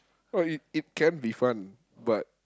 oh it it can't be fun but